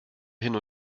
hin